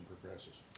progresses